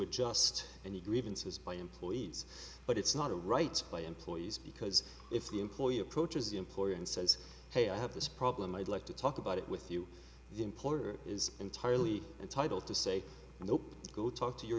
adjust and the grievances by employees but it's not a right by employees because if the employee approaches the employer and says hey i have this problem i'd like to talk about it with you the employer is entirely entitled to say nope go talk to your